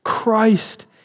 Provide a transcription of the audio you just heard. Christ